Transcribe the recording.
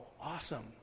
awesome